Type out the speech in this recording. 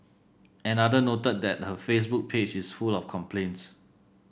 another noted that her Facebook page is full of complaints